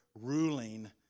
ruling